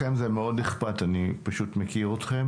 היבטים כלכליים ופיננסים: רק כדי לסבר את האוזן,